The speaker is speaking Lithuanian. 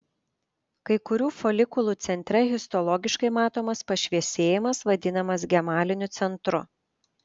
kai kurių folikulų centre histologiškai matomas pašviesėjimas vadinamas gemaliniu centru